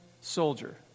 soldier